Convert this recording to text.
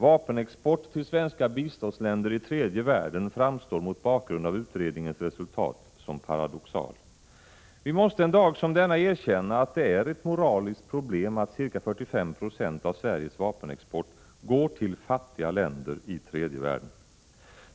Vapenexport till svenska biståndsländer i tredje världen framstår mot bakgrund av utredningens resultat som paradoxal. Vi måste en dag som denna erkänna att det är ett moraliskt problem att ca 45 96 av Sveriges vapenexport går till fattiga länder i tredje världen.